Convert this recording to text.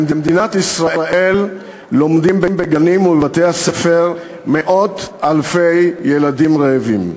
במדינת ישראל לומדים בגנים ובבתי-הספר מאות אלפי ילדים רעבים.